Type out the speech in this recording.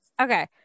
Okay